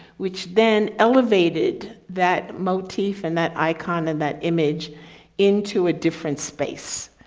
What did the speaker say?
which then elevated that motif and that icon and that image into a different space.